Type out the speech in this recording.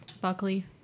Buckley